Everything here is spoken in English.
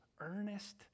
earnest